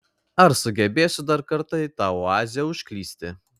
ar sugebėsiu dar kartą į tą oazę užklysti